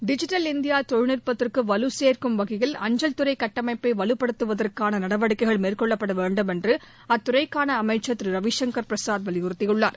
digital India தொழில்நுட்பத்திற்கு வலு சேர்க்கும் வகையில் அஞ்சல்துறை கட்டமைப்பை வலுப்படுத்துவதற்கான நடவடிக்கைகள் மேற்கொள்ளப்பட வேண்டும் என்று அத்துறைக்கான அமைச்சர் திரு ரவிசங்கர் பிரசாத் வலியுறுத்தியுள்ளார்